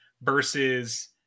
versus